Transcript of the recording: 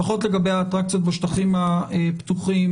לפחות לגבי האטרקציות בשטחים הפתוחים,